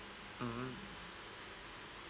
mmhmm